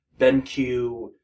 BenQ